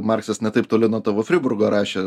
marksas ne taip toli nuo tavo friburgo rašė